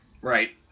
Right